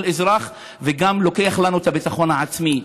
אזרח וגם לוקח לנו את הביטחון העצמי.